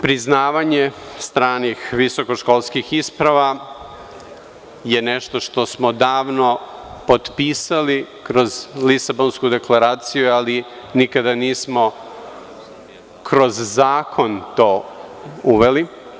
Priznavanje stranih visoko-školskih isprava je nešto što smo davno potpisali kroz Lisabonsku deklaraciju, ali nikada nismo kroz zakon to uveli.